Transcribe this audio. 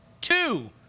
two